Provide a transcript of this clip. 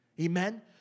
Amen